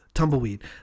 tumbleweed